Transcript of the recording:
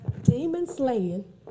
demon-slaying